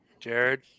Jared